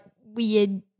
weird